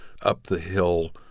up-the-hill